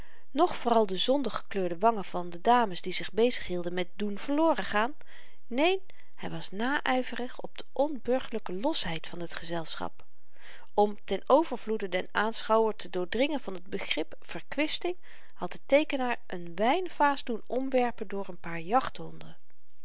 noch vooral de zondig gekleurde wangen van de dames die zich bezig hielden met doen verloren gaan neen hy was nayverig op de onburgerlyke losheid van t gezelschap om ten overvloede den aanschouwer te doordringen van t begrip verkwisting had de teekenaar n wynvaas doen omwerpen door n paar jachthonden